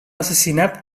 assassinat